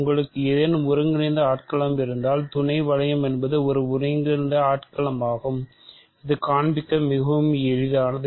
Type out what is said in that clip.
உங்களுக்கு ஏதேனும் ஒருங்கிணைந்த ஆட்களம் இருந்தால் துணை வளையம் என்பது ஒரு ஒருங்கிணைந்த ஆட்களமாகும் இது காண்பிக்க மிகவும் எளிதானது